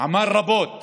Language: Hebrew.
עמל רבות